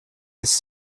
his